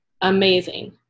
amazing